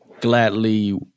gladly